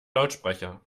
lautsprecher